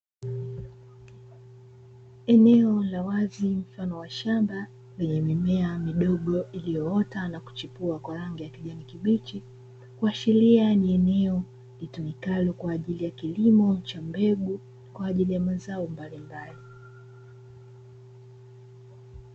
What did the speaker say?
Eneo la wazi mfano wa shamba, lenye mimea midogo iliyoota na kuchipua kwa rangi ya kijani kibichi, kuashiria ni eneo litumikalo kwa ajili ya kilimo cha mbegu, kwa ajili ya mazao mbalimbali.